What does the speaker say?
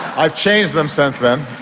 i've changed them since then.